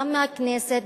גם מהכנסת,